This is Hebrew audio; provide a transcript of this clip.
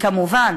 וכמובן